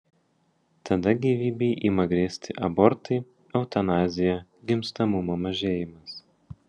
tada gyvybei ima grėsti abortai eutanazija gimstamumo mažėjimas